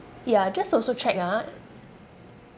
ya just also check ah